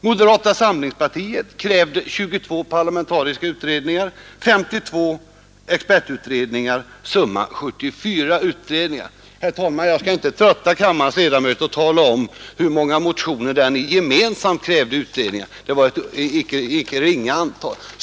Moderata samlingspartiet krävde 22 parlamentariska utredningar och 52 expertutredningar, summa 74 utredningar. Jag skall inte trötta kammarens ledamöter med att tala om i hur många fall man därutöver i gemensamma motioner krävde utredning; det blev ett icke ringa antal.